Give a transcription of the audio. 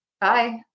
Bye